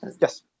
Yes